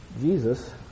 Jesus